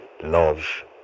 love